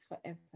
forever